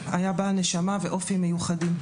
היה בעל נשמה ואופי מיוחדים,